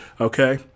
Okay